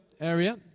area